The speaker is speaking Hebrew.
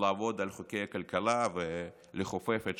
לעבוד על חוקי הכלכלה ולכופף את